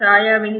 சாயாவின் H